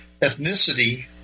ethnicity